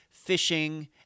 fishing